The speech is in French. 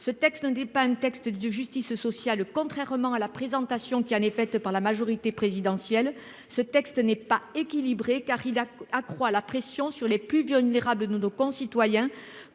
ce texte hein dépanne texte de justice sociale. Contrairement à la présentation qui en est faite par la majorité présidentielle. Ce texte n'est pas équilibré car il accroît la pression sur les plus vulnérables de nos concitoyens,